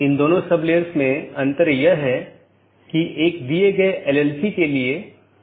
यदि स्रोत या गंतव्य में रहता है तो उस विशेष BGP सत्र के लिए ट्रैफ़िक को हम एक स्थानीय ट्रैफ़िक कहते हैं